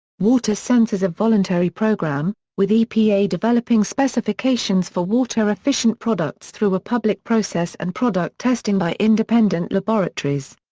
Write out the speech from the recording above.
watersense is a voluntary program, with epa developing specifications for water-efficient products through a public process and product testing by independent laboratories.